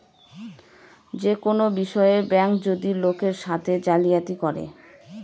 যে কোনো বিষয়ে ব্যাঙ্ক যদি লোকের সাথে জালিয়াতি করে